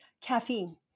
caffeine